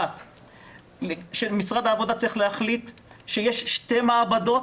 1. משרד העבודה צריך להחליט שיש שתי מעבדות